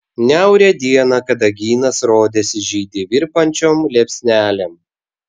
niaurią dieną kadagynas rodėsi žydi virpančiom liepsnelėm